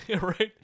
Right